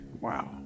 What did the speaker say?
Wow